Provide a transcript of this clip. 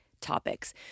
topics